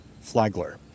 Flagler